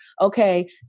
Okay